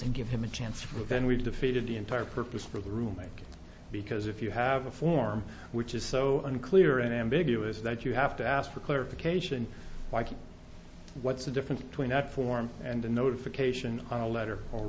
and give him a chance then we've defeated the entire purpose for the room because if you have a form which is so unclear and ambiguous that you have to ask for clarification what's the difference between that form and a notification on a letter